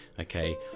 okay